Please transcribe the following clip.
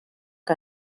que